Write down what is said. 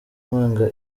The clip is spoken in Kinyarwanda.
mpanga